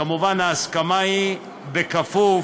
כמובן, ההסכמה היא בכפוף